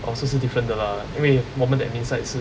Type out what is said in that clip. oh so 是 different 的 lah 因为我们的 administrative side 是